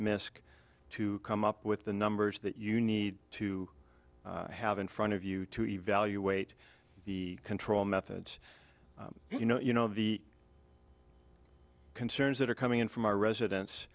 c to come up with the numbers that you need to have in front of you to evaluate the control methods you know you know the concerns that are coming in from our residence